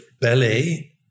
ballet